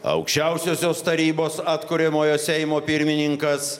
aukščiausiosios tarybos atkuriamojo seimo pirmininkas